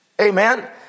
Amen